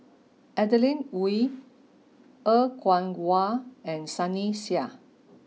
Adeline Ooi Er Kwong Wah and Sunny Sia